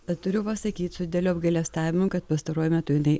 bet turiu pasakyt su dideliu apgailestavimu kad pastaruoju metu jinai